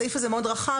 הסעיף הזה מאוד רחב.